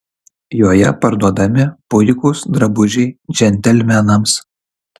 joje parduodami puikūs drabužiai džentelmenams